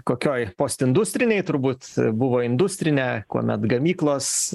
kokioj postindustrinėj turbūt buvo industrinė kuomet gamyklos